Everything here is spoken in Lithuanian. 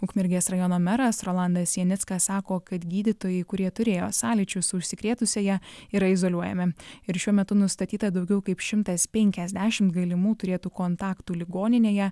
ukmergės rajono meras rolandas janickas sako kad gydytojai kurie turėjo sąlyčių su užsikrėtusiąja yra izoliuojami ir šiuo metu nustatyta daugiau kaip šimtas penkiasdešimt galimų turėtų kontaktų ligoninėje